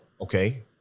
Okay